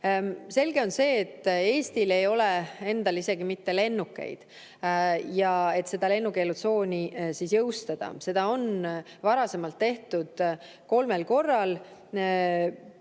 Selge on see, et Eestil endal ei ole isegi mitte lennukeid, et lennukeelutsooni jõustada. Seda on varasemalt tehtud kolmel korral: